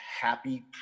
happy